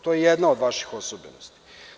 To je jedna od vaših osobenosti.